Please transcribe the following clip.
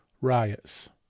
riots